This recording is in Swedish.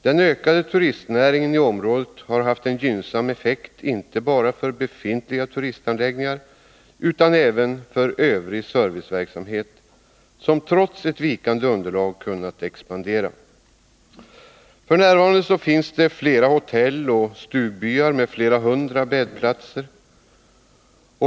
Den ökade turistnäringen i området har haft en gynnsam effekt inte bara för befintliga turistanläggningar utan även för övrig serviceverksamhet, som trots ett vikande underlag kunnat expandera. F. n. finns flera hotell och stugbyar med flera hundra bäddplatser.